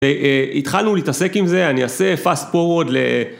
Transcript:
התחלנו להתעסק עם זה, אני אעשה פאסט פורוורד ל...